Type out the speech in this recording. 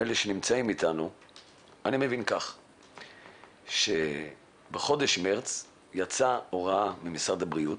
אני מבין שבחודש מארס יצאה הוראה ממשרד הבריאות,